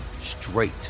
straight